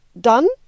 done